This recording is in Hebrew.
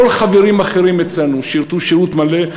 כל החברים האחרים אצלנו שירתו שירות מלא,